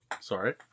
Sorry